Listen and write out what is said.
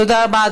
תודה רבה,